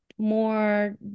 More